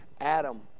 Adam